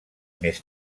més